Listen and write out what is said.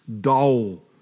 dull